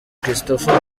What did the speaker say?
christophe